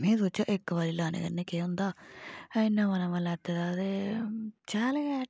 में सोचेआ इक बारी लाने कन्नै केह् होंदा अजें नमां नमां लैते दा ते शैल गै ऐ ठीक